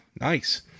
Nice